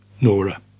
nora